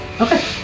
Okay